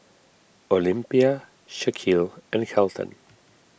Olympia Shaquille and Kelton